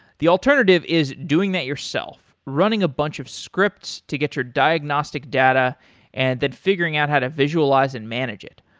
the alternative is doing that yourself. running a bunch of scripts to get your diagnostic data and then figuring out how to visualize and manage it.